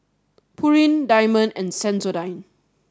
Pureen Diamond and Sensodyne